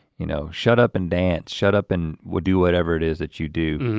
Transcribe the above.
you know shut up and dance. shut up and we'll do whatever it is that you do.